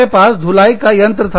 हमारे पास धुलाई का यंत्र था